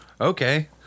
okay